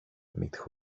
mitt